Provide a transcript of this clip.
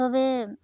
ᱛᱚᱵᱮ